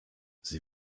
sie